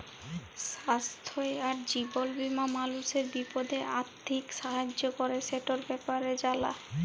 স্বাইস্থ্য আর জীবল বীমা মালুসের বিপদে আথ্থিক সাহায্য ক্যরে, সেটর ব্যাপারে জালা